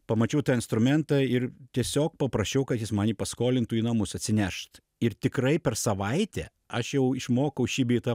pamačiau tą instrumentą ir tiesiog paprašiau kad jis man jį paskolintų į namus atsinešt ir tikrai per savaitę aš jau išmokau šį bei tą